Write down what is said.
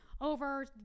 Over